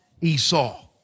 Esau